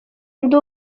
ndi